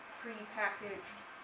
pre-packaged